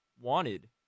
wanted